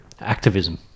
activism